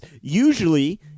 Usually